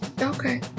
okay